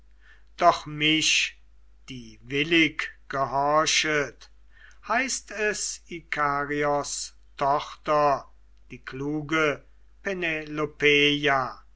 doch mich die willig gehorchet heißt es ikarios tochter die kluge penelopeia